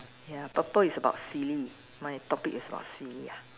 ya purple is about silly my topic is about silly lah